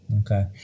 Okay